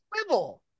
swivel